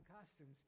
costumes